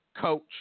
coach